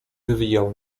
wywijał